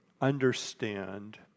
understand